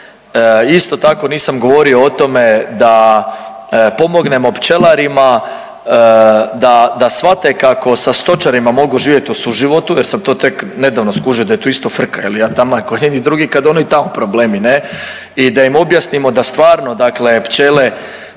Isto tako nisam govorio o tome da pomognemo pčelarima da shvate kako sa stočarima mogu živjet u suživotu jer sam to tek nedavno skužio da je to isto frka je li, ja taman kod jednih i drugih kad ono i tamo problemi ne. I da im objasnimo da stvarno dakle pčele,